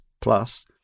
plus